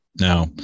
Now